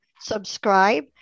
subscribe